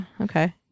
Okay